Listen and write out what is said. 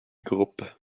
groupe